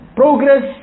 progress